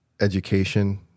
education